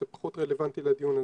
זה פחות רלוונטי לדיון הזה.